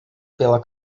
pela